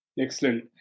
Excellent